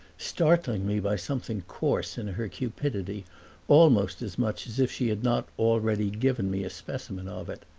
startling me by something coarse in her cupidity almost as much as if she had not already given me a specimen of it.